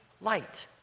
light